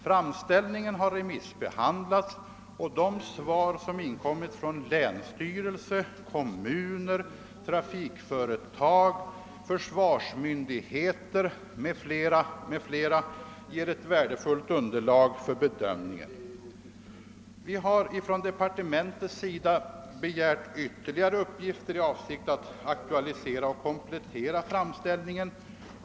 Framställningen har remissbehandlats, och de svar som har inkommit från länsstyrelse, kommuner, trafikföretag, försvarsmyndigheter m.fl. ger ett värdefullt underlag för bedömningen. Departementet har begärt ytterligare uppgifter i avsikt att aktualisera och komplettera framställningen.